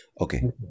Okay